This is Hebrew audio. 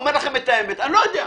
אני אומר לכם את האמת, אני לא יודע,